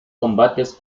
combates